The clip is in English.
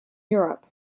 europe